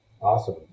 Awesome